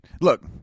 look